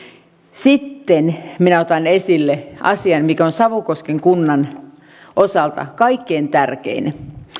sitten otan esille asian mikä on savukosken kunnan osalta kaikkein tärkein